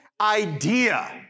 idea